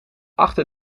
achter